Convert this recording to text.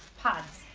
podds.